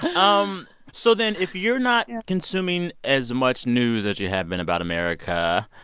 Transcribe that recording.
um so then if you're not consuming as much news as you have been about america,